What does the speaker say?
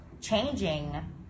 changing